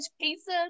pizza